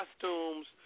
costumes